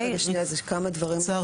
יש עוד כמה דברים.